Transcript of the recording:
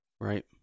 Right